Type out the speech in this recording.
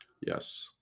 Yes